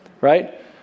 right